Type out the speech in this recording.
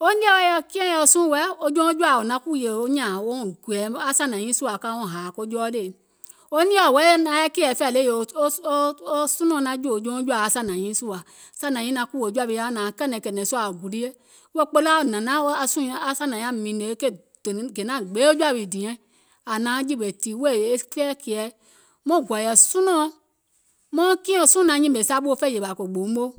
wo nìe wɛɛ̀ kiɛ̀ŋ yaȧ suùŋ wɛɛ̀ jouŋ jɔ̀ȧa naŋ kùwùì nyȧȧŋ wouŋ gɔ̀ɔ̀ɛ̀ sȧnȧŋ nyiiŋ sùȧ wo ka wouŋ hȧȧ jɔɔlèe, wo nìeɔ̀ hɔɛɛ̀ naŋ yɛi kɛ̀ɛ̀fɛ̀ɛ̀ le wo sunɔ̀ɔŋ naŋ jòò jouŋ jɔ̀ȧa aŋ sȧnȧŋ nyiiŋ sùȧ, aŋ sȧnȧŋ nyaŋ naŋ kùwò wii ȧŋ yaȧuŋ naȧŋ kɛ̀nɛ̀nkɛ̀nɛ̀ŋ sùȧ, wèè kpoloo aŋ hnȧŋ naȧŋ, aŋ sȧnȧŋ nyaŋ mììnè ke gènaŋ gbee jɔ̀ȧ wii diɛŋ, ȧŋ nauŋ jìwè tì wèè fɛɛ̀kɛ̀ɛ, maŋ gɔ̀ɔ̀yɛ̀ sunɔ̀ɔŋ mauŋ kiɛ̀ŋ suùŋ naŋ nyìmè saɓù fe yèwȧ kò gboo moo